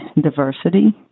diversity